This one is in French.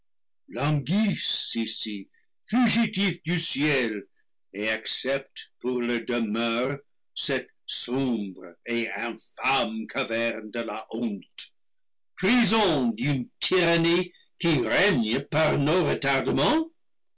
fugitifs du ciel et acceptent pour leur demeure cette sombre et infâme caverne de la honte pri son d'une tyrannie qui règne par nos